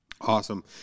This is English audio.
Awesome